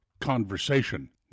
conversation